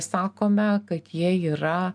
sakome kad jie yra